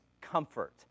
comfort